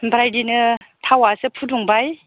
ओमफ्राय बिदिनो थावासो फुदुंबाय